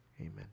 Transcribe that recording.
Amen